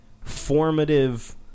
formative